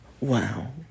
Wow